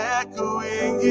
echoing